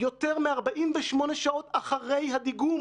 יותר מ-48 שעות אחרי הדיגום.